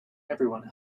everyone